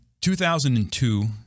2002